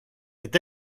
est